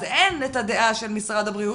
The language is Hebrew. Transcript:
אז אין הדעה של משרד הבריאות,